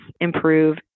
improve